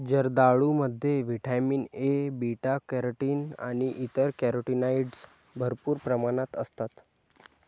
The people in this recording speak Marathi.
जर्दाळूमध्ये व्हिटॅमिन ए, बीटा कॅरोटीन आणि इतर कॅरोटीनॉइड्स भरपूर प्रमाणात असतात